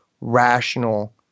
rational